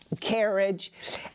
carriage